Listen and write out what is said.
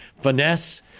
finesse